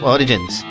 Origins